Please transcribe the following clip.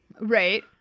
Right